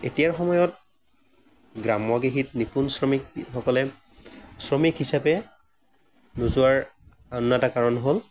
এতিয়াৰ সময়ত গ্ৰাম্য কৃষিত নিপুণ শ্ৰমিকসকলে শ্ৰমিক হিচাপে নোযোৱাৰ অন্য এটা কাৰণ হ'ল